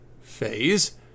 phase